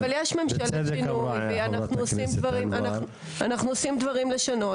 אבל יש ממשלת שינוי ואנחנו עושים דברים לשנות